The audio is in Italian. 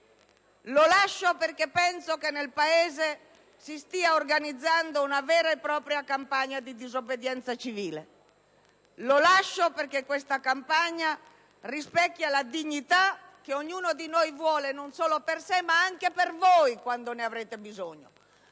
Lo lascio perché penso che nel Paese si stia organizzando una vera e propria campagna di disobbedienza civile, lo lascio perché questa campagna rispecchia la dignità che ognuno di noi vuole non solo per sé ma anche per voi, quando ne avrete bisogno.